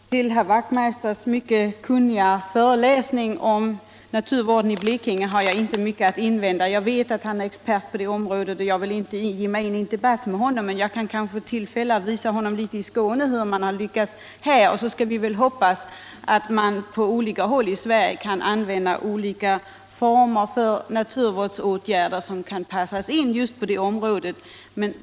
Fru talman! Mot herr Wachtmeisters i Johannishus mycket kunniga föreläsning om naturvården i Blekinge har jag inte mycket att invända. Jag vet att han är expert på det området och jag vill inte ge mig in i en debatt med honom, men jag kan kanske vid tillfälle få visa honom hur man har lyckats i Skåne. Så skall vi väl hoppas att man på olika håll i Sverige kan använda olika former av naturvårdsåtgärder som kan passa just för resp. område.